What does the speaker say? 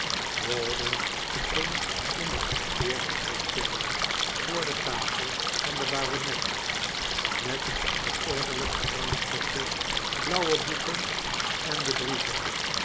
rawdon ging in het studeervertrek zitten voor de tafel van den baronet met de ordelijk gerangschikte blauwe boeken en de brieven